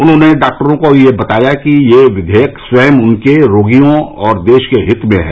उन्होंने डॉक्टरों को यह बताया कि यह विधेयक स्वयं उनके रोगियों और देश के हित में है